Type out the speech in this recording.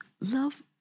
love